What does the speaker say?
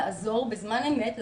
לעזור בזמן אמת,